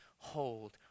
Hold